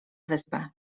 wyspę